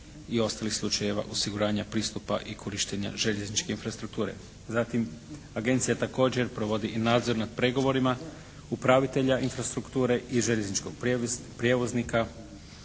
i ostalih slučajeva osiguranja pristupa i korištenja željezničke infrastrukture. Zatim agencija također provodi i nadzor nad pregovorima upravitelja infrastrukture i željezničkog prijevoznika